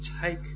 take